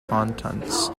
contents